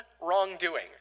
wrongdoing